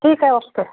ठीक है ओके